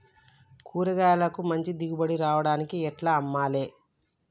కూరగాయలకు మంచి దిగుబడి రావడానికి ఎట్ల అమ్మాలే?